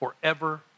forever